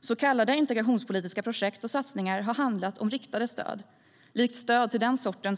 Så kallade integrationspolitiska projekt och satsningar har handlat om riktade stöd, likt det stöd till